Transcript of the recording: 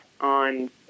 on